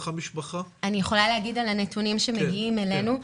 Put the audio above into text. אלה השיעורים המדווחים שמגיעים אלינו.